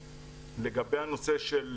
לגבי הנושא של